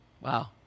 wow